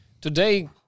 today